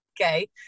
okay